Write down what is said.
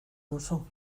duzu